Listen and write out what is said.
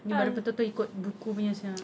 ni baru betul-betul ikut buku punya siak